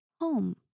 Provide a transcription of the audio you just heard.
home